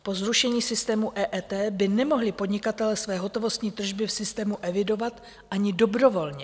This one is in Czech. Po zrušení systému EET by nemohli podnikatelé své hotovostní tržby v systému evidovat ani dobrovolně.